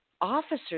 officers